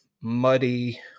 muddy